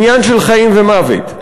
עניין של חיים ומוות.